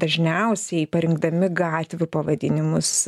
dažniausiai parinkdami gatvių pavadinimus